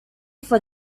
for